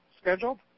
scheduled